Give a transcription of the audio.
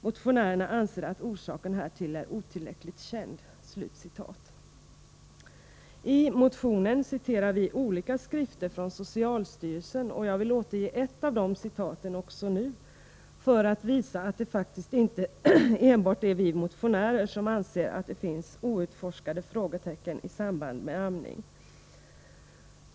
Motionärerna anser att orsaken härtill är otillräckligt känd.” I motionen citerar vi olika skrifter från socialstyrelsen. Jag vill återge ett av dessa citat också nu, för att visa att det faktiskt inte är enbart vi motionärer som anser att det finns frågetecken och outforskade områden i samband med amning.